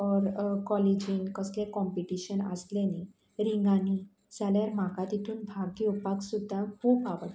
or कॉलेजीन कसलेंय competition आसलें न्ही रिंगांनी जाल्यार म्हाका तितून भाग घेवपाक सुद्दां खूब आवडटा